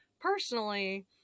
personally